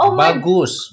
bagus